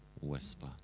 whisper